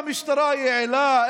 איפה המשטרה היעילה?